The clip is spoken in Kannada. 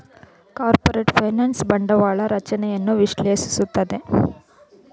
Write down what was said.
ಕಾರ್ಪೊರೇಟ್ ಫೈನಾನ್ಸ್ ಬಂಡವಾಳ ರಚನೆಯನ್ನು ವಿಶ್ಲೇಷಿಸುತ್ತದೆ